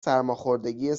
سرماخوردگی